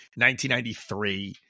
1993